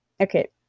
Okay